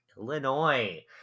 Illinois